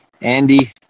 Andy